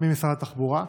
ממשרד התחבורה.